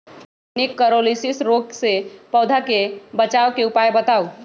निककरोलीसिस रोग से पौधा के बचाव के उपाय बताऊ?